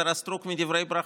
השרה סטרוק, בדברי ברכה,